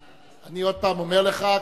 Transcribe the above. אני עוד פעם אומר לך,